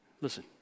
Listen